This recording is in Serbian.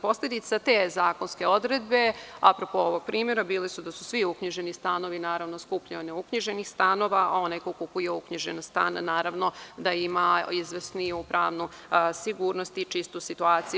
Posledica te zakonske odredbe, apropo ovog primera, bile su da su svi uknjiženi stanovi skuplji od neuknjiženih stanova, a onaj koji kupuje uknjiženi stan naravno da ima izvesniju pravnu sigurnost i čistu situaciju.